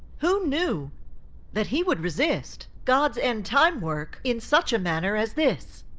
who knew that he would resist god's end-time work in such a manner as this?